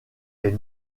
est